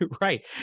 right